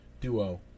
duo